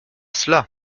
cela